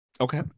Okay